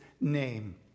name